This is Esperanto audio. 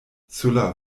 sola